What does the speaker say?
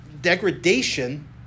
degradation